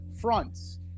fronts